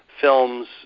films